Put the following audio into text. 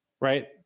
right